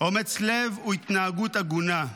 אומץ לב הוא התנהגות הגונה,